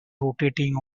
rotating